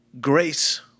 grace